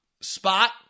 spot